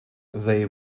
they